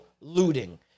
looting